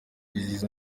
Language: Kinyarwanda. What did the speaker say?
kwizihiza